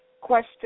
Question